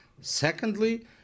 Secondly